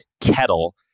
kettle